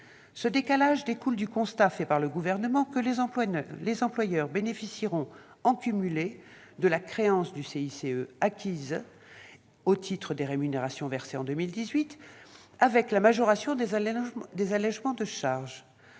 Ce décalage découle du constat fait par le Gouvernement que les employeurs bénéficieront du cumul de la créance du CICE acquise au titre des rémunérations versées en 2018 et de la majoration des allégements de charges.